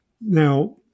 Now